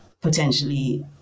potentially